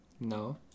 No